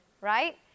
right